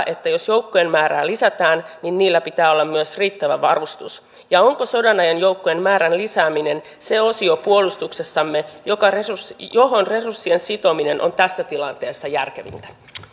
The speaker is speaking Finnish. että jos joukkojen määrää lisätään niin niillä pitää myös olla riittävä varustus ja onko sodanajan joukkojen määrän lisääminen se osio puolustuksessamme johon resurssien sitominen on tässä tilanteessa järkevintä